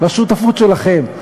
והשותפות שלכם,